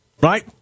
right